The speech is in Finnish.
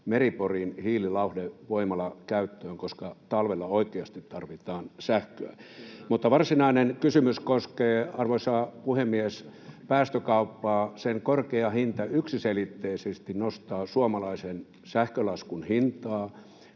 Meri-Porin hiililauhdevoimala käyttöön, koska talvella oikeasti tarvitaan sähköä. Varsinainen kysymys koskee, arvoisa puhemies, päästökauppaa: Sen korkea hinta yksiselitteisesti nostaa suomalaisen sähkölaskun hintaa.